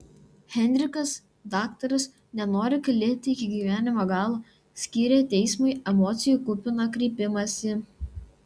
henrikas daktaras nenori kalėti iki gyvenimo galo skyrė teismui emocijų kupiną kreipimąsi